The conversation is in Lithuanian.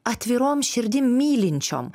atvirom širdim mylinčiom